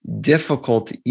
difficult